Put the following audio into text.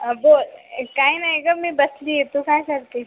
बोल काही नाही गं मी बसली आहे तू काय करतीस